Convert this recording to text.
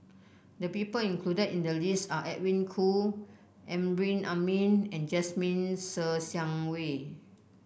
the people included in the list are Edwin Koo Amrin Amin and Jasmine Ser Xiang Wei